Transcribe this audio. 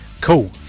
cool